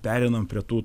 pereinam prie tų